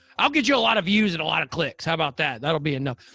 i'll get you a lot of views and a lot of clicks. how about that? that'll be enough.